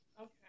Okay